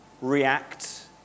react